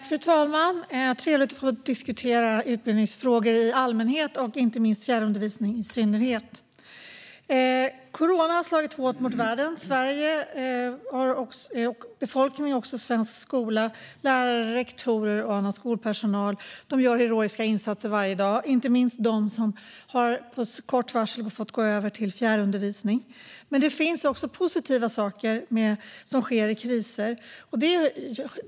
Fru talman! Det är trevligt att få diskutera utbildningsfrågor i allmänhet och inte minst fjärrundervisning i synnerhet. Corona har slagit hårt mot världen, Sveriges befolkning och svensk skola. Lärare, rektorer och annan skolpersonal gör heroiska insatser varje dag, inte minst de som på kort varsel har fått gå över till fjärrundervisning. Men det finns också positiva saker som sker i kriser.